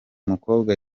mukobwa